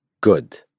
good